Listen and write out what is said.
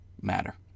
matter